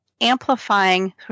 amplifying